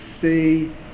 see